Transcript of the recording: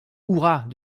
hurrahs